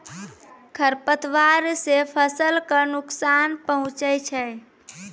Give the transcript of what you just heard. खरपतवार से फसल क नुकसान पहुँचै छै